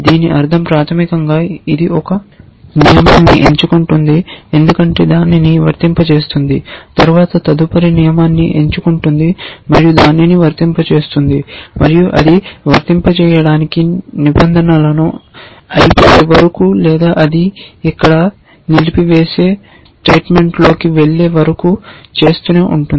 దీని అర్థం ప్రాథమికంగా ఇది ఒక నియమాన్ని ఎంచుకుంటుంది దానిని వర్తింపజేస్తుంది తరువాత తదుపరి నియమాన్ని ఎంచుకుంటుంది మరియు దానిని వర్తింపజేస్తుంది మరియు అది వర్తింపజేయడానికి నిబంధనలు అయిపోయే వరకు లేదా అది ఇక్కడ నిలిపివేసే స్టేట్మెంట్లోకి వెళ్లే వరకు చేస్తూనే ఉంటుంది